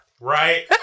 Right